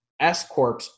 S-corps